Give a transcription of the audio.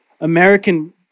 American